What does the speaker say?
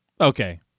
Okay